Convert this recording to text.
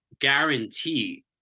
Guarantee